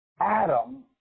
Adam